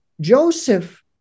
Joseph